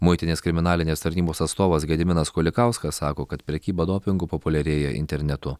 muitinės kriminalinės tarnybos atstovas gediminas kulikauskas sako kad prekyba dopingu populiarėja internetu